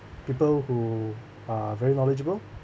people who are very knowledgeable